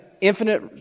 infinite